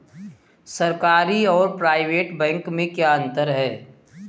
सरकारी और private bank में क्या अंतर है?